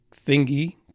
thingy